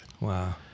Wow